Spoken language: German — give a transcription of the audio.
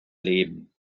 leben